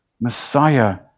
Messiah